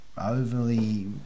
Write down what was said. overly